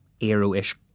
aero-ish